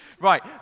Right